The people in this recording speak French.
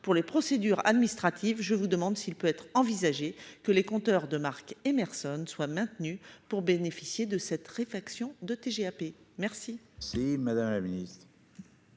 pour les procédures administratives, je vous demande s'il peut être envisagé que les compteurs de Marc Emerson soit maintenu pour bénéficier de cette réfaction de TGAP merci.